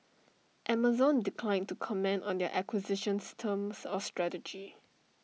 Amazon declined to comment on the acquisition's terms or strategy